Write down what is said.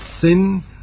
sin